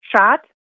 shot